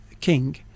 king